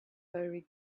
very